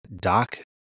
Doc